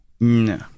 No